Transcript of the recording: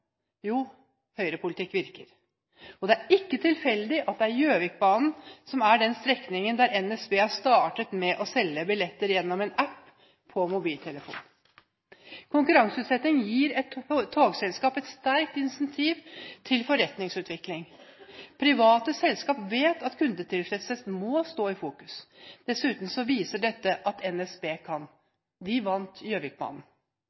Jo, Høyre-politikk virker. Det er ikke tilfeldig at det er Gjøvikbanen som er den strekningen der NSB har startet med å selge billetter gjennom en «app» på mobiltelefonen! Konkurranseutsetting gir et togselskap et sterkt incentiv til forretningsutvikling. Private selskaper vet at kundetilfredshet må stå i fokus. Dessuten viser dette at NSB kan.